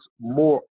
more